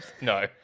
No